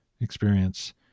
experience